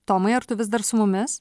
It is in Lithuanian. tomai ar tu vis dar su mumis